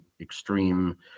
extreme